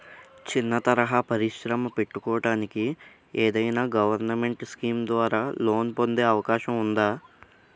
చిన్న తరహా పరిశ్రమ పెట్టుకోటానికి ఏదైనా గవర్నమెంట్ స్కీం ద్వారా లోన్ పొందే అవకాశం ఉందా?